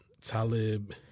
talib